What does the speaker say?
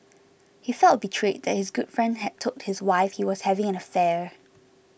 he felt betrayed that his good friend had told his wife he was having an affair